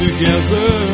Together